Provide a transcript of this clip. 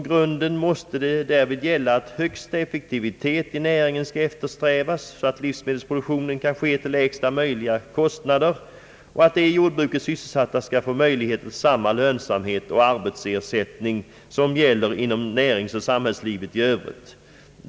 Därvid måste högsta effektivitet inom näringen eftersträvas, så att livsmedelsproduktionen kan ske till lägsta möjliga kostnader, och att de i jordbruket sysselsatta skall få möjlighet till samma lönsamhet och arbetsersättning, som gäller inom näringslivet i övrigt.